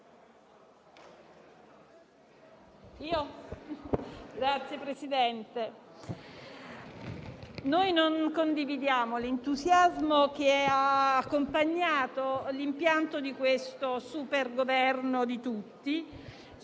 Signor Presidente, non condivido l'entusiasmo che ha accompagnato l'impianto di questo super Governo di tutti,